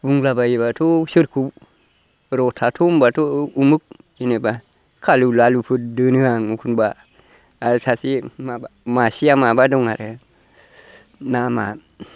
बुंलाबायोब्लाथ' बिसोरखौ र' थाथ' होमब्लाथ' उमुख जेनोबा खालु लालुफोर दोनो आं एखनब्ला आर सासे माबा मासेया माबा दं आरो नामा